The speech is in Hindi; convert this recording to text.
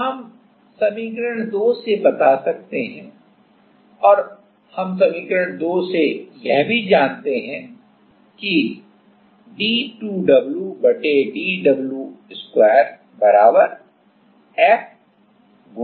अब हम समीकरण 2 से बता सकते हैं हम समीकरण 2 से यह भी जानते हैं कि square 2 हम d2wdw2 F गुणा L x होता है